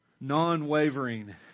non-wavering